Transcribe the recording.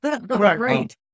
right